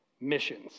missions